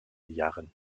jahren